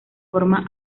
forma